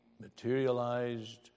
materialized